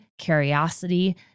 curiosity